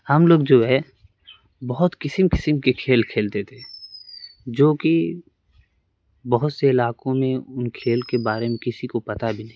ہم لوگ جو ہے بہت قسم قسم کے کھیل کھیلتے تھے جو کہ بہت سے علاقوں میں ان کھیل کے بارے میں کسی کو پتا بھی نہیں